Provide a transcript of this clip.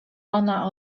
ona